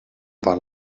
war